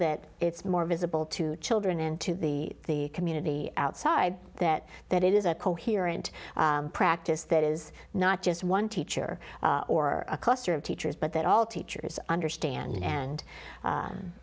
that it's more visible to children and to the community outside that that it is a coherent practice that is not just one teacher or a cluster of teachers but that all teachers understand and